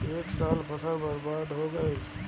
ए साल फसल बर्बाद हो गइल